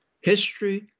History